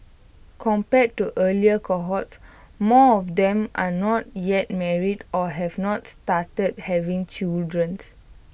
compared to earlier cohorts more of them are not yet married or have not started having children's